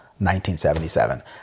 1977